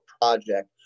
project